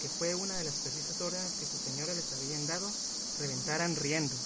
que fue una de las precisas órdenes que sus señores les habían dadoreventaran riendo